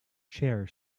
chair